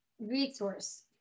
resource